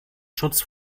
schutz